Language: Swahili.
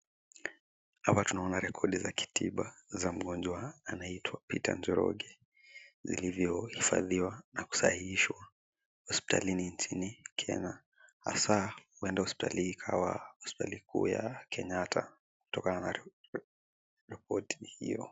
Hapa tunaonaona rekodi za kitiba za mgonjwa anayeitwa Peter Njoroge vilivyohifadhiwa na kusahihishwa hospitalini nchini Kenya, hasa huenda hospitali hii ikawa hospitali kuu ya Kenyatta kutokana na ripoti hiyo.